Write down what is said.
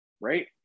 right